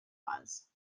was